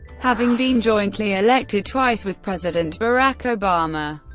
having been jointly elected twice with president barack obama.